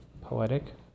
poetic